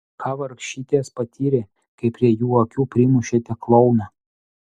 ką vargšytės patyrė kai prie jų akių primušėte klouną